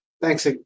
thanks